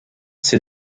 ces